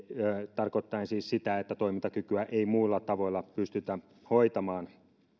tarkoittaen siis sitä että toimintakykyä ei muilla tavoilla pystytä hoitamaan